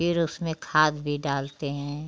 फिर उसमें खाद भी डालते हैं